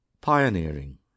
Pioneering